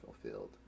fulfilled